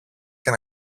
και